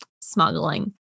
smuggling